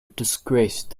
disgrace